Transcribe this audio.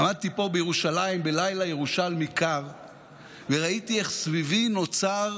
עמדתי פה בירושלים בלילה ירושלמי קר וראיתי איך סביבי נוצר